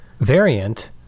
variant